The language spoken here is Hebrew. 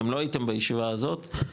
אתם לא הייתם בישיבה הזאת,